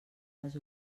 les